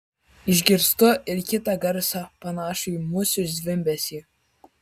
išgirstu ir kitą garsą panašų į musių zvimbesį